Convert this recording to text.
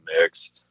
mix